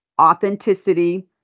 authenticity